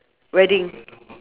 wedding